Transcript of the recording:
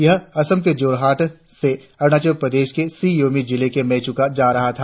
यह असम में जोरहाट से अरुणाल प्रदेश में सी योमी जिले के मेचुका जा रहा था